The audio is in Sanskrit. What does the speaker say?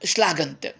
श्लाघन्ते